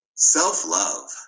Self-love